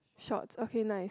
shorts okay nice